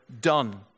done